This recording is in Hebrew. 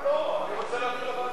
לא, אני רוצה להעביר לוועדה.